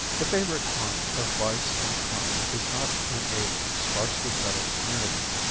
the favorite haunt of vice and crime is not in a sparsely settled community,